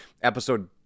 episode